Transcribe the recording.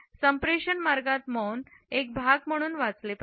संप्रेषण मार्गात मौन एक भाग म्हणून वाचले पाहिजे